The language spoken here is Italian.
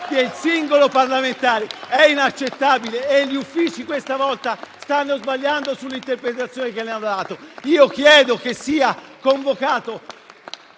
del singolo parlamentare! È inaccettabile e gli Uffici questa volta stanno sbagliando sull'interpretazione che le hanno dato. *(Applausi dal